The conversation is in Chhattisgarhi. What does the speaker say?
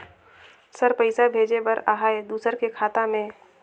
सर पइसा भेजे बर आहाय दुसर के खाता मे?